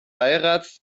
beirats